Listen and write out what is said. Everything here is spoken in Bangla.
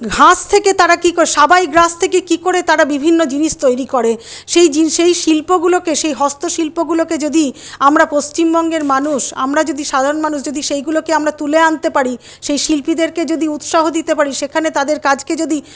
ঘাস থেকে তারা কি করে সাবাই ঘাস থেকে কি করে তারা বিভিন্ন জিনিস তৈরি করে সেই সেই শিল্পগুলোকে সেই হস্ত শিল্পগুলোকে যদি আমরা পশ্চিমবঙ্গের মানুষ আমরা যদি সাধারন মানুষ যদি সেইগুলোকে আমরা তুলে আনতে পারি সেই শিল্পীদেরকে যদি উৎসাহ দিতে পারি সেখানে তাদের কাজকে যদি